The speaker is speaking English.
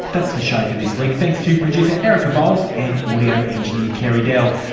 that's the show for this week. thanks to producer erica vowles and audio engineer carey dell.